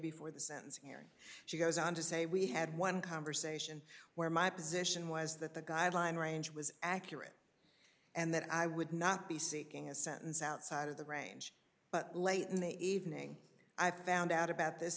before the sentencing hearing she goes on to say we had one conversation where my position was that the guideline range was accurate and that i would not be seeking a sentence outside of the range but late in the evening i found out about this